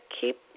Keep